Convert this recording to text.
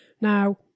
now